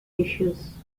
tissues